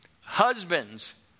husbands